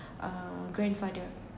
uh grandfather